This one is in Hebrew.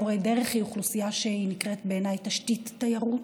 מורי הדרך הם אוכלוסייה שנקראת בעיניי תשתית התיירות.